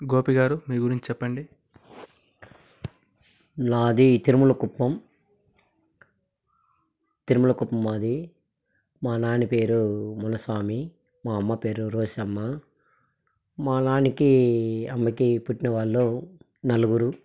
గోపి గారు మీ గురించి చెప్పండి నాది తిరుమల కుప్పం తిరుమల కుప్పం మాది మా నాన్న పేరు మునిస్వామి మా అమ్మ పేరు రోషమ్మ మా నాన్నకి అమ్మకి పుట్టిన వాళ్ళు నలుగురు